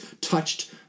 touched